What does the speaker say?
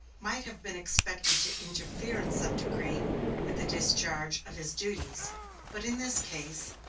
might have been expected to interfere in some degree with the discharge of his duties but in this case,